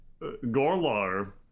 Gorlar